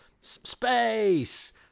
space